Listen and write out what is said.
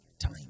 time